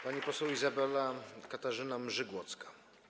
Pani poseł Izabela Katarzyna Mrzygłocka.